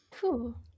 cool